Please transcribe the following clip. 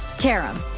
carrom.